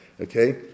Okay